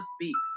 speaks